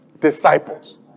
Disciples